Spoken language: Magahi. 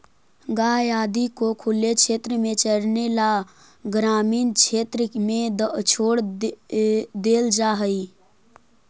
गाय आदि को खुले क्षेत्र में चरने ला ग्रामीण क्षेत्र में छोड़ देल जा हई